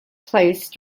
place